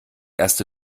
erste